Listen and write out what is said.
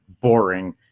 boring